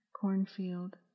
cornfield